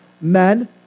men